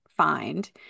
Find